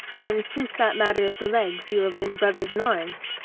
and since that matter of the legs you have been brothers in arms?